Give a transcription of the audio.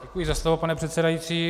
Děkuji za slovo, pane předsedající.